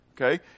okay